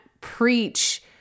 preach